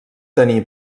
tenir